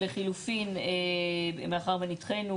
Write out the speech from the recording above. סעיף 26 להצעת החוק.